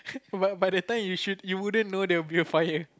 but but the time you should you wouldn't know there will be a fire